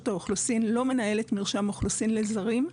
האוכלוסין לא מנהלת מרשם אוכלוסין לזרים,